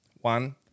One